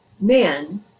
men